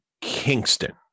Kingston